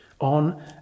on